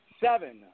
Seven